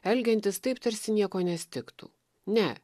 elgiantis taip tarsi nieko nestigtų ne